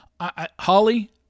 Holly